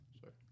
sorry